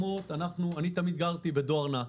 אני תמיד גרתי בדואר נע.